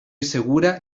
segura